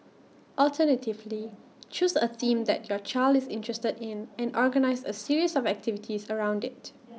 alternatively choose A theme that your child is interested in and organise A series of activities around IT